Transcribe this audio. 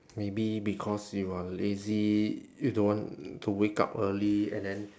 maybe because you are lazy you don't want to wake up early and then